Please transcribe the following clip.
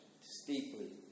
steeply